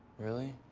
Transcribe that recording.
really?